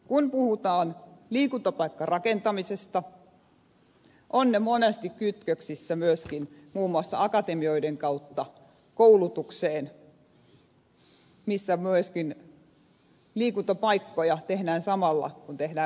kun puhutaan liikuntapaikkarakentamisesta on se monesti kytköksissä myöskin muun muassa akatemioiden kautta koulutukseen kun myöskin liikuntapaikkoja tehdään samalla kun tehdään kouluja